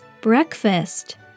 breakfast